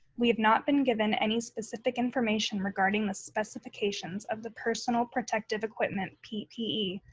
we have not been given any specific information regarding the specifications of the personal protective equipment, ppe,